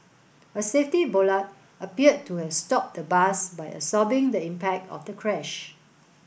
a safety bollard appeared to have stopped the bus by absorbing the impact of the crash